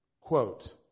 Quote